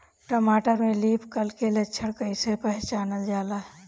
टमाटर में leaf curl के लक्षण कइसे पहचानल जाला?